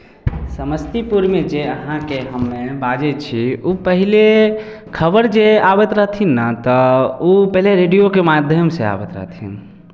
समस्तीपुरमे जे अहाँके हमे बाजै छी ओ पहिले खबर जे आबैत रहथिन ने तऽ ओ पहिले रेडियोके माध्यमसँ आबैत रहथिन